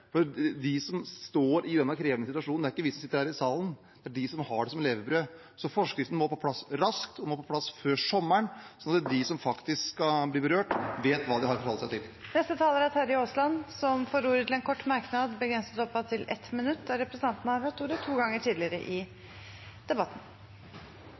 usikkerhet. De som står i denne krevende situasjonen, er ikke vi som sitter i denne salen, det er de som har dette som levebrød. Forskriften må på plass raskt – før sommeren, slik at de som faktisk blir berørt, vet hva de har å forholde seg til. Representanten Terje Aasland har hatt ordet to ganger tidligere og får ordet til en kort merknad, begrenset til 1 minutt.